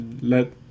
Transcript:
let